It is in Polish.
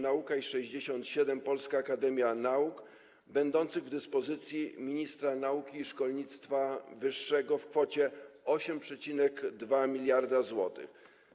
Nauka i 67: Polska Akademia Nauk, będące w dyspozycji ministra nauki i szkolnictwa wyższego w kwocie 8,2 mld zł.